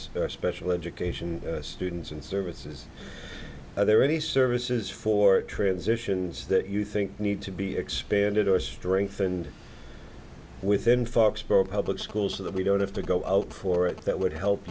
special education students and services are there any services for transitions that you think need to be expanded or strengthened within foxborough public schools so that we don't have to go for it that would help